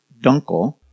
Dunkel